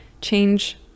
change